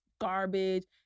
garbage